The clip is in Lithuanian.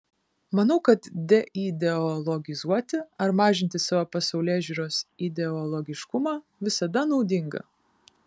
manau kad deideologizuoti ar mažinti savo pasaulėžiūros ideologiškumą visada naudinga